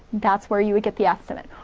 that's where you get the estimate,